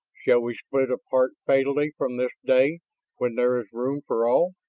shall we split apart fatally from this day when there is room for all?